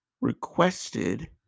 requested